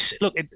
look